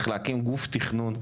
צריך להקים גוף תכנון,